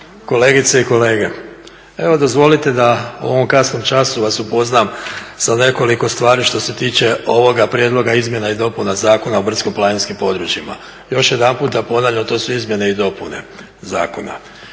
kolegice i kolege. Evo dozvolite da u ovom kasnom času vas upoznam sa nekoliko stvari što se tiče ovoga prijedloga izmjena i dopuna Zakona o brdsko-planinskim područjima. Još jedanput ponavljam, to su izmjene i dopune zakona.